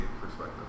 perspective